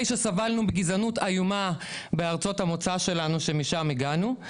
שסבלנו מגזענות איומה בארצות המוצא שלנו שמשם הגענו,